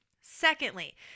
Secondly